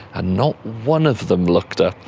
ah not one of them looked up.